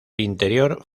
interior